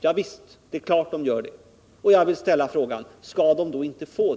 Ja visst, det är klart att de gör det. Och jag vill fråga: Skall de då inte få stöd?